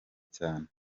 cyane